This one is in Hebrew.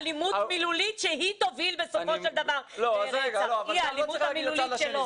אלימות מילולית שהיא תוביל בסופו של דבר לרצח היא האלימות המילולית שלו.